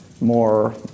more